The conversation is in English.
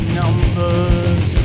numbers